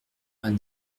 vingt